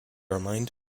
remind